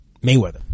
Mayweather